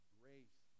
grace